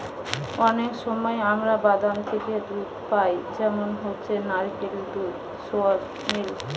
অনেক সময় আমরা বাদাম থিকে দুধ পাই যেমন হচ্ছে নারকেলের দুধ, সোয়া মিল্ক